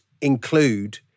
include